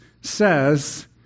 says